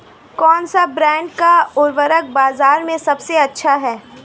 कौनसे ब्रांड का उर्वरक बाज़ार में सबसे अच्छा हैं?